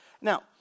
Now